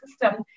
system